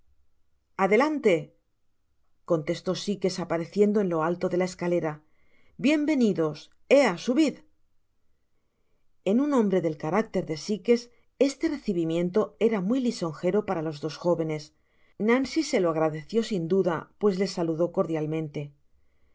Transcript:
adelante contestó sikes apareciendo en lo alto de la escalera bien venidos ea subid en un hombre del carácter de sikes este recibimiento era muy lisonjero para los dos jovenes nancy se lo agradeció sin duda pues lo saludó cordialmente